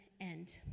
end